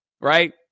right